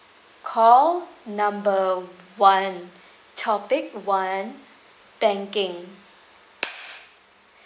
call number one topic one banking